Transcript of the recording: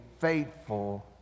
faithful